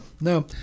no